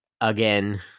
Again